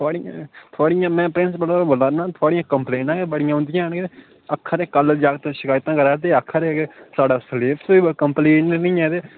थुआड़ियां मै थुआड़ियां प्रिंसिपल बोला ना थुआड़ियां कंप्लेनां गै बड़ियां औन्दियां न आखा दे कल जागत शकैतां करा दे आखा दे के साढ़ा सिलेबस कम्पलीट नी ऐ ते